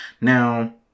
Now